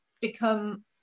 become